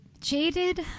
jaded